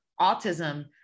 autism